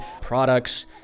products